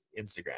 Instagram